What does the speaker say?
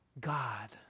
God